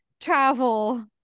travel